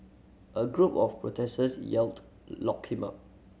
a group of protesters yelled lock him up